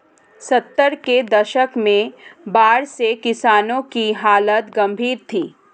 सत्तर के दशक में बाढ़ से किसानों की हालत गंभीर थी